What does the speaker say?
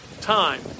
time